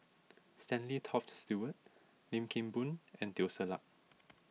Stanley Toft Stewart Lim Kim Boon and Teo Ser Luck